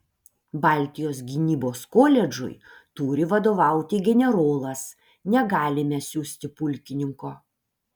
baltijos gynybos koledžui turi vadovauti generolas negalime siųsti pulkininko